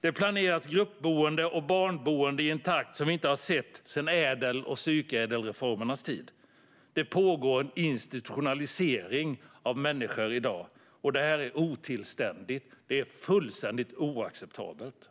Det planeras gruppboenden och barnboenden i en takt som vi inte sett sedan ädel och psykädelreformernas tid. Det pågår en institutionalisering av människor i dag. Detta är otillständigt och fullständigt oacceptabelt.